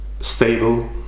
stable